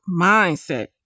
mindset